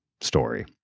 story